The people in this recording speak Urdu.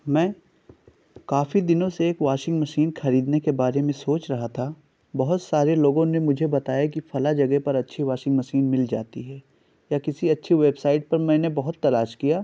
میں کافی دنوں سے ایک واشنگ مشین خریدنے کے بارے میں سوچ رہا تھا بہت سارے لوگوں نے مجھے بتایا کہ فلاں جگہ پر اچّھی واشنگ مشین مل جاتی ہے یا کسی اچھی ویب سائٹ پر میں نے بہت تلاش کیا